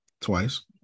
Twice